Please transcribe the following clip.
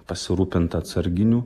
pasirūpinti atsarginių